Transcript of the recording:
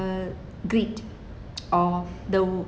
uh greed of the